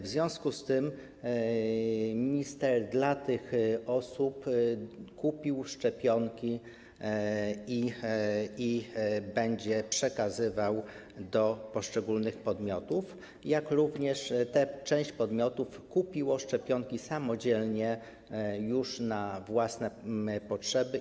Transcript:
W związku z tym minister kupił dla tych osób szczepionki i będzie przekazywał je do poszczególnych podmiotów, jak również część podmiotów kupiła szczepionki samodzielnie na własne potrzeby.